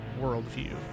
worldview